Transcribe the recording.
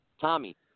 Tommy